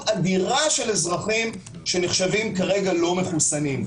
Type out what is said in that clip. אדירה של אזרחים שנחשבים כרגע לא מחוסנים.